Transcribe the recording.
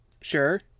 Sure